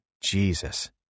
Jesus